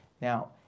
Now